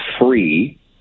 free